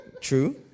true